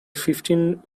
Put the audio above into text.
fifteen